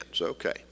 okay